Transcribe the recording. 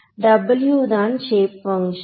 'W' தான் shape function